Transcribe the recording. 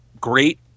great